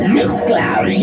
Mixcloud